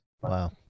Wow